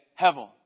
Hevel